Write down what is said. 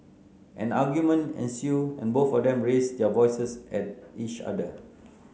an argument ensued and both of them raised their voices at each other